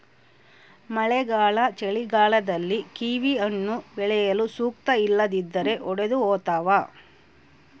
ಮಳೆಗಾಲ ಚಳಿಗಾಲದಲ್ಲಿ ಕಿವಿಹಣ್ಣು ಬೆಳೆಯಲು ಸೂಕ್ತ ಇಲ್ಲದಿದ್ದರೆ ಒಡೆದುಹೋತವ